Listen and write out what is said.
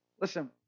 Listen